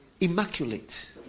Immaculate